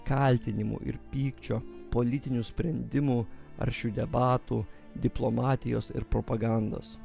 kaltinimų ir pykčio politinių sprendimų aršių debatų diplomatijos ir propagandos